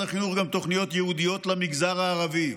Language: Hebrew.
החינוך תוכניות ייעודיות למגזר הערבי,